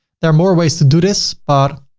there are more ways to do this, but